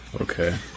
Okay